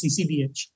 CCBH